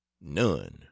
None